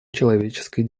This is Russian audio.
человеческой